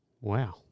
Wow